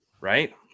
right